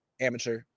amateur